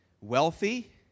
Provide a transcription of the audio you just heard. wealthy